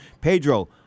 Pedro